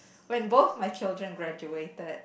when both my children graduated